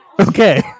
Okay